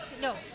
no